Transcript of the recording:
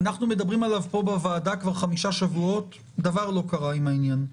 אנחנו מדברים עליו פה בוועדה כבר חמישה שבועות דבר לא קרה עם העניין,